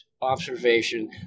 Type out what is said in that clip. observation